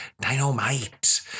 Dynamite